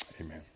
Amen